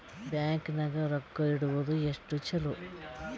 Bank ನಾಗ ರೊಕ್ಕ ಇಡುವುದು ಎಷ್ಟು ಚಲೋ?